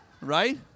right